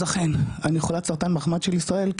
אז אכן אני חולת סרטן מחמד של ישראל,